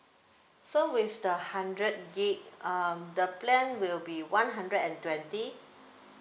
so with the hundred git um the plan will be one hundred and twenty